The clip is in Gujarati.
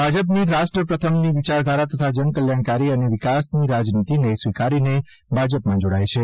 ભાજપની રાષ્ટ્ર પ્રથમની વિચારધારા તથા જનકલ્યાણકારી અને વિકાસની રાજનીતિને સ્વીકારીને ભાજપમાં જોડાયા છે